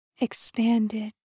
expanded